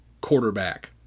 quarterback